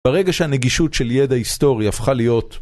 ברגע שהנגישות של ידע היסטורי הפכה להיות